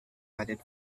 added